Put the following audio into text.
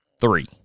three